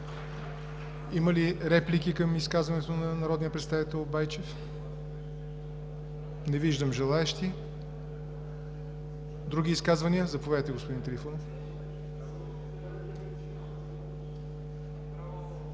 Има ли реплики към изказването на народния представител Байчев? Не виждам желаещи. Други изказвания? Заповядайте, господин Трифонов.